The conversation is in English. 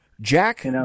Jack